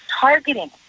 targeting